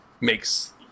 makes